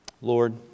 Lord